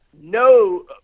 No